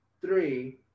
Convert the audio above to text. three